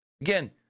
Again